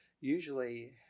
usually